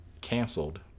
canceled